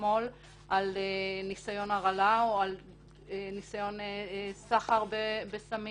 אתמול על ניסיון הרעלה או ניסיון סחר בסמים,